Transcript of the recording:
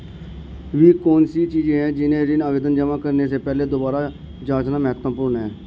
वे कौन सी चीजें हैं जिन्हें ऋण आवेदन जमा करने से पहले दोबारा जांचना महत्वपूर्ण है?